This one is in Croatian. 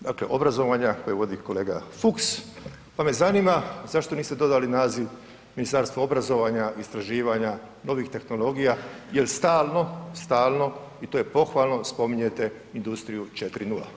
Dakle, obrazovanja koje vodi kolega Fuchs, pa me zanima zašto niste dodali naziv ministarstvo obrazovanja, istraživanja, novih tehnologija jer stalno, stalno i to je pohvalno spominjete industriju 4.0.